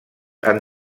han